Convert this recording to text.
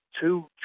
two